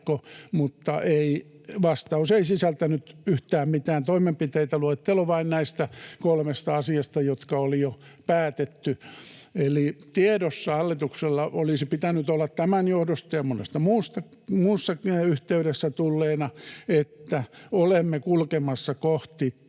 mutta vastaus ei sisältänyt yhtään mitään toimenpiteitä, vain luettelon näistä kolmesta asiasta, jotka oli jo päätetty. Eli tiedossa hallituksella olisi pitänyt olla tämän johdosta ja monesta muustakin yhteydestä tulleena, että olemme kulkemassa kohti